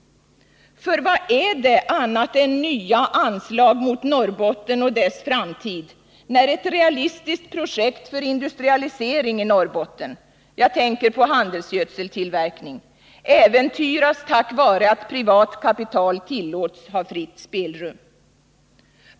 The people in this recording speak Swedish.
För vad är det annat än nya anslag mot Norrbotten och dess framtid när ett realistiskt projekt för industrialisering av Norrbotten — jag tänker på handelsgödseltillverkning — äventyras på grund av att privat kapital tillåts ha fritt spelrum?